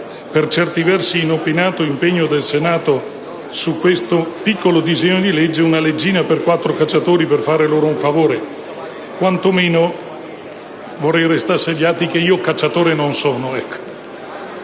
per certi versi inopinato impegno del Senato su questo piccolo disegno di legge come l'impegno su una leggina per quattro cacciatori per fare loro un favore. Quantomeno vorrei restasse agli atti che io cacciatore non sono.